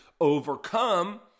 overcome